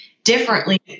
differently